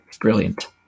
Brilliant